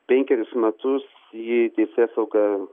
penkerius metus jį teisėsauga